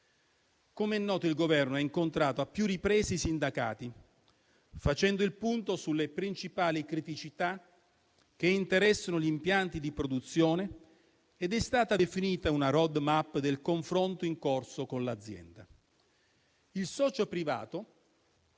Come è noto, il Governo ha incontrato a più riprese i sindacati, facendo il punto sulle principali criticità che interessano gli impianti di produzione, ed è stata definita una *road map* del confronto in corso con l'azienda. Il socio privato,